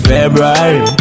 February